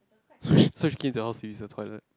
so so squeeze they all with the toilet